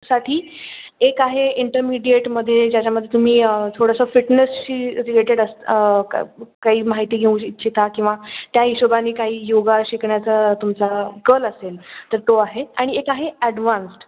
साठी एक आहे इंटरमिडियेटमध्ये ज्याच्यामध्ये तुम्ही थोडंसं फिटनेसशी रिलेटेड असं काही माहिती घेऊ इच्छिता किंवा त्या हिशोबाने काही योग शिकण्याचा तुमचा कल असेल तर तो आहे आणि एक आहे ॲडव्हान्सड